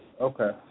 Okay